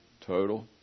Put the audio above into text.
total